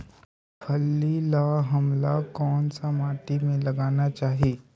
फल्ली ल हमला कौन सा माटी मे लगाना चाही?